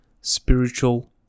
spiritual